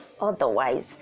otherwise